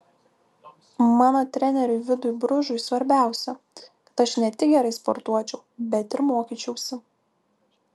mano treneriui vidui bružui svarbiausia kad aš ne tik gerai sportuočiau bet ir mokyčiausi